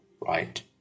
right